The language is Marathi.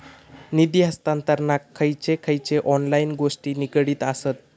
निधी हस्तांतरणाक खयचे खयचे ऑनलाइन गोष्टी निगडीत आसत?